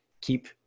keep